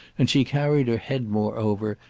and she carried her head moreover,